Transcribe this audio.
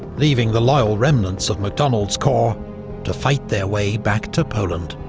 leaving the loyal remnants of macdonald's corps to fight their way back to poland.